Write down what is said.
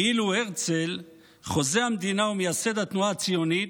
כאילו הרצל, חוזה המדינה ומייסד התנועה הציונית,